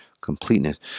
completeness